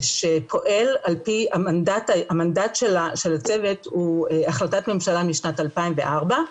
המנדט של הצוות הוא החלטת ממשלה משנת 2004,